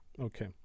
Okay